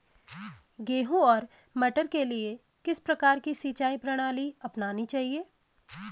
गेहूँ और मटर के लिए किस प्रकार की सिंचाई प्रणाली अपनानी चाहिये?